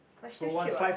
but still cheap what